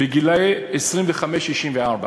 גילאיות 25 64,